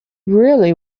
really